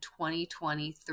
2023